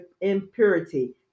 impurity